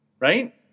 Right